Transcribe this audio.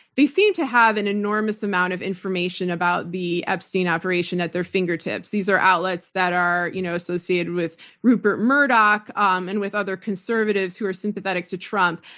they seem to have an enormous amount of information about the epstein operation at their fingertips. these are outlets that are you know associated with rupert murdoch um and with other conservatives who are sympathetic to trump.